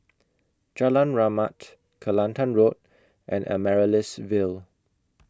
Jalan Rahmat Kelantan Road and Amaryllis Ville